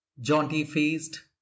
Jaunty-faced